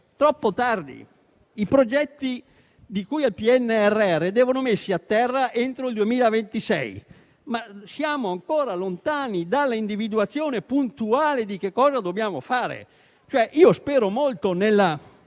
troppo tardi. I progetti di cui al PNRR devono essere messi a terra entro il 2026, ma siamo ancora lontani dall'individuazione puntuale di quanto dobbiamo fare. Spero molto nell'attività